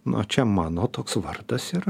na čia mano toks vardas ir